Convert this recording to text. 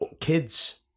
kids